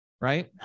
right